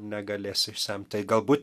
negalės išsemt tai galbūt